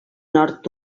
nord